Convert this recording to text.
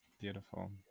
Beautiful